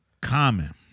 Common